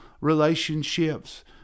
relationships